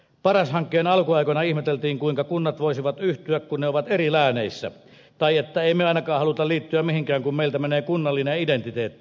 paras hankkeen alkuaikoina ihmeteltiin kuinka kunnat voisivat yhtyä kun ne ovat eri lääneissä tai että emme me ainakaan halua liittyä mihinkään kun meiltä menee kunnallinen identiteetti